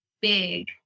big